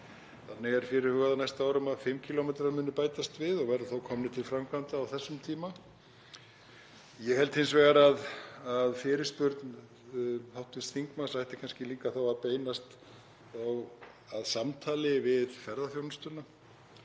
Þannig er fyrirhugað á næstu árum að 5 km muni bætast við og það verður þá komið til framkvæmda á þessum tíma. Ég held hins vegar að fyrirspurn hv. þingmanns ætti kannski líka að beinast að samtali við ferðaþjónustuna.